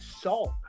salt